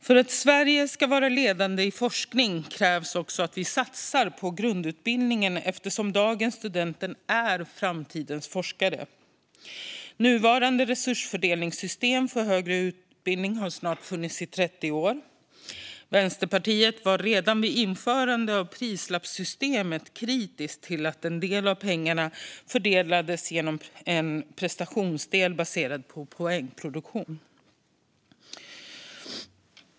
För att Sverige ska vara ledande inom forskning krävs det att vi också satsar på grundutbildningen, eftersom dagens studenter är framtidens forskare. Nuvarande resursfördelningssystem för högre utbildning har funnits i snart 30 år. Vänsterpartiet var redan vid införandet av prislappsystemet kritiska till att en del av pengarna fördelades genom en prestationsdel baserad på poängproduktion.